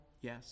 Yes